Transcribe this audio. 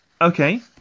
Okay